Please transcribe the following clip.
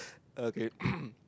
okay